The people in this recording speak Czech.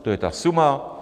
To je ta suma.